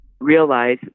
realize